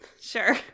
Sure